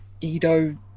Edo